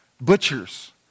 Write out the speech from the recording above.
Butchers